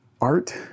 art